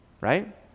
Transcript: right